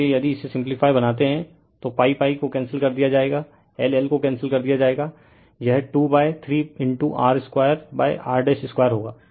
इसलिए यदि इसे सिम्प्लीफाई बनाते हैं तो pi pi को कैंसिल कर दिया जाएगा ll को कैंसिल कर दिया जाएगा यह 2 3 r 2 r 2 होगा